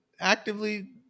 actively